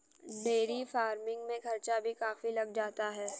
dairy farming में खर्चा भी काफी लग जाता है